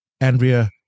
Andrea